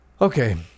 Okay